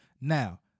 Now